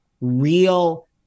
real